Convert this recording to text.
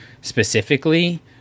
specifically